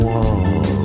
Wall